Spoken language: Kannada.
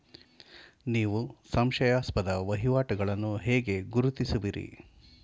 ನೀವು ಸಂಶಯಾಸ್ಪದ ವಹಿವಾಟುಗಳನ್ನು ಹೇಗೆ ಗುರುತಿಸುವಿರಿ?